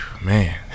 man